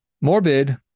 morbid